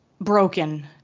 broken